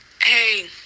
hey